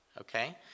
Okay